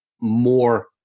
more